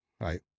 Right